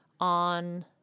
on